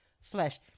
flesh